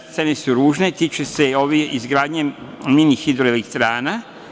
Scene su ružne i tiče se izgradnje mini hidroelektrana.